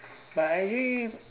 but actually